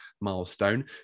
milestone